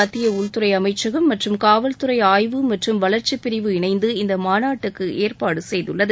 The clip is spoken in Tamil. மத்திய உள்துறை அமைச்சகம் மற்றும் காவல் துறை ஆய்வு மற்றும் வளர்ச்சிப் பிரிவு இணைந்து இந்த மாநாட்டுக்கு ஏற்பாடு செய்துள்ளது